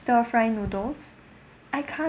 stir fried noodles I can't